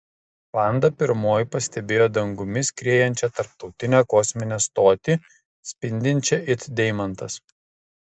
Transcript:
vanda pirmoji pastebėjo dangumi skriejančią tarptautinę kosminę stotį spindinčią it deimantas